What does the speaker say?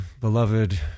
beloved